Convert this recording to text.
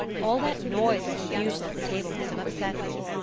all that noise and confusion at the table must have upset me,